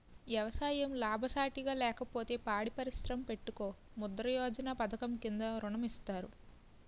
ఎవసాయం లాభసాటిగా లేకపోతే పాడి పరిశ్రమ పెట్టుకో ముద్రా యోజన పధకము కింద ఋణం ఇత్తారు